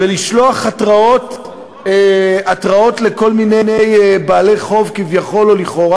לשלוח התראות לכל מיני בעלי חוב כביכול או לכאורה,